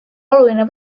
oluline